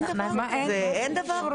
אין דבר כזה.